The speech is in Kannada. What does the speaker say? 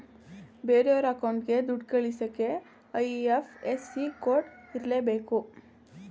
ಬೇರೆಯೋರ ಅಕೌಂಟ್ಗೆ ದುಡ್ಡ ಕಳಿಸಕ್ಕೆ ಐ.ಎಫ್.ಎಸ್.ಸಿ ಕೋಡ್ ಇರರ್ಲೇಬೇಕು